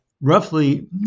roughly